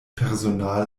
personal